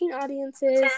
audiences